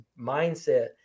mindset